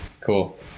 Cool